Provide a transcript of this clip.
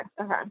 okay